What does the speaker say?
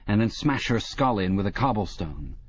and then smash her skull in with a cobblestone.